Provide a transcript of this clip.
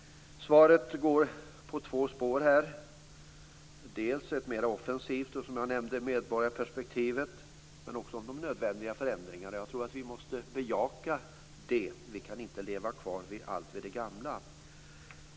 Svaret går på två spår. Det ena spåret är mera offensivt, och som jag nämnde berör det medborgarperspektivet och de nödvändiga förändringarna. Jag tror att vi måste bejaka detta. Vi kan inte leva kvar i det gamla i allt.